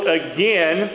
again